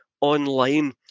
online